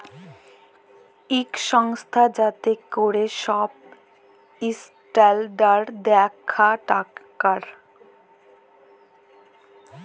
ইক সংস্থা যাতে ক্যরে ছব ইসট্যালডাড় দ্যাখে টাকার